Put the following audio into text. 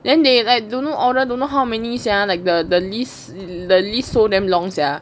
then they they don't know order don't know how many sia like the the lists the list so damn long sia